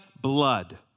blood